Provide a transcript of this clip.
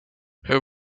her